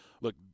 Look